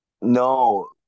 no